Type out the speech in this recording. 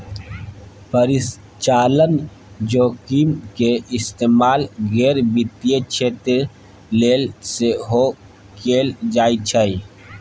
परिचालन जोखिमक इस्तेमाल गैर वित्तीय क्षेत्र लेल सेहो कैल जाइत छै